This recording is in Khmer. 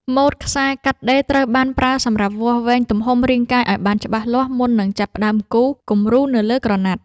ម៉ែត្រខ្សែកាត់ដេរត្រូវបានប្រើសម្រាប់វាស់វែងទំហំរាងកាយឱ្យបានច្បាស់លាស់មុននឹងចាប់ផ្ដើមគូរគំរូនៅលើក្រណាត់។